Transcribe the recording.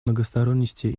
многосторонности